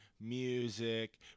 music